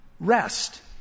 Rest